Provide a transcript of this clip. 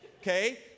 okay